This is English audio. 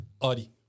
Audi